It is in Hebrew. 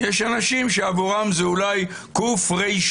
יש אנשים שעבורם זה אולי ק-ר-ש-ת.